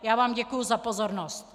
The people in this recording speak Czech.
Já vám děkuji za pozornost.